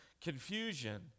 confusion